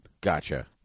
Gotcha